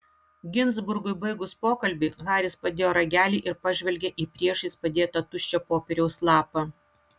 ginzburgui baigus pokalbį haris padėjo ragelį ir pažvelgė į priešais padėtą tuščią popieriaus lapą